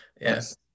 Yes